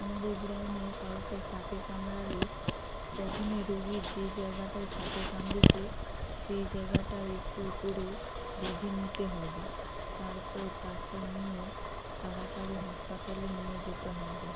আমাদের গ্রামে কাউকে সাপে কামড়ালে প্রথমে রুগির যে জায়গায়টায় সাপে কামড়েছে সেই জায়গাটা একটু করে বেঁধে নিতে হবে তারপর তাকে নিয়ে তাড়াতাড়ি হাসপাতালে নিয়ে যেতে হবে